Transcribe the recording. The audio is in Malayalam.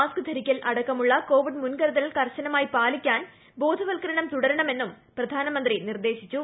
മാസ്ക് ധരിക്കൽ അടക്കമുള്ള കോവിഡ് മുൻകരുതൽ കർശനമായി പാലിക്കാൻ ബോധവത്കരണം തുടരണമെന്നും പ്രധാനമന്ത്രി നിർദേശിച്ചു